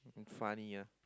funny ah